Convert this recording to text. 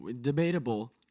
Debatable